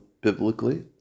biblically